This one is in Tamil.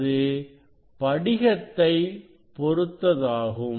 அது படிகத்தை பொருத்ததாகும்